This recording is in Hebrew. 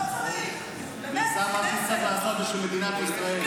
היא עושה מה שצריך לעשות בשביל מדינת ישראל.